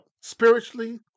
spiritually